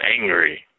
angry